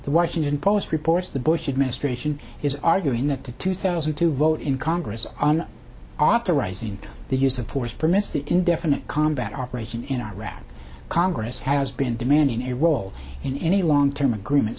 the washington post reports the bush administration is arguing that the two thousand to vote in congress on authorizing the use of force permits the indefinite combat operation in iraq congress has been demanding a role in any long term agreement